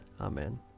Amen